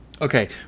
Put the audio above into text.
Okay